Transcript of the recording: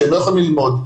שהם לא יכולים ללמוד.